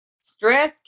stress